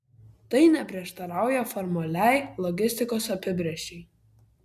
tai neprieštarauja formaliai logistikos apibrėžčiai